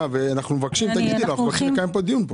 אנחנו נציגי הציבור.